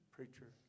Preacher